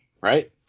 right